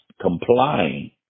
complying